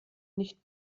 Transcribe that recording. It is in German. nicht